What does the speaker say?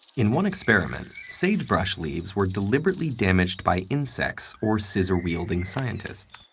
in one experiment, sagebrush leaves were deliberately damaged by insects or scissor-wielding scientists.